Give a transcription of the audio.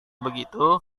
begitu